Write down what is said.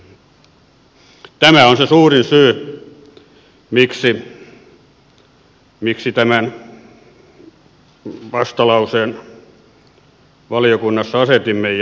tämä on se suurin syy miksi tämän vastalauseen valiokunnassa asetimme